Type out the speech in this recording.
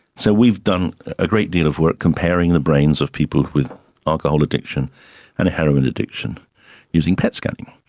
so we've done a great deal of work comparing the brains of people with alcohol addiction and heroin addiction using pet scanning.